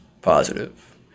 positive